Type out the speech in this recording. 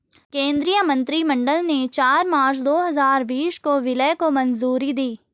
केंद्रीय मंत्रिमंडल ने चार मार्च दो हजार बीस को विलय को मंजूरी दी